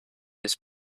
his